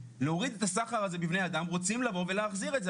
להוריד את הסחר הזה בבני אדם רוצים לבוא ולהחזיר את זה.